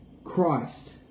Christ